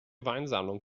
weinsammlung